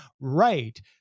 right